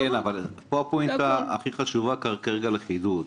אבל פה הפואנטה הכי חשובה כרגע לחידוד.